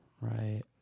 Right